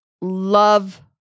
love